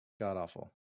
god-awful